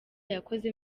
yakoze